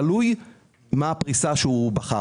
תלוי מה הפריסה שהוא בחר.